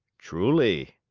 truly,